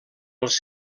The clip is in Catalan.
els